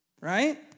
Right